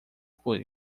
por